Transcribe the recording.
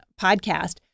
podcast